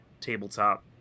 tabletop